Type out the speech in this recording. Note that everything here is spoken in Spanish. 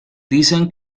dicen